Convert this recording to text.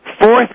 fourth